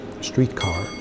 streetcar